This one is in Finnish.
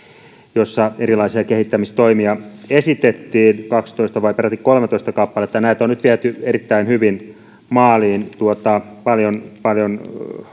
esitettiin erilaisia kehittämistoimia kaksitoista vai peräti kolmetoista kappaletta ja näitä on nyt viety erittäin hyvin maaliin paljon paljon